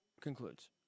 concludes